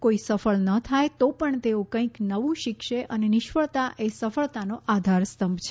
કોઈ સફળ ન થાય તો પણ તેઓ કંઈક નવું શીખશે અને નિષ્ફળતા એ સફળતાનો આ ઘા રસ્તંભ છે